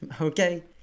okay